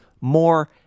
more